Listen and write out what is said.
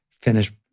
finish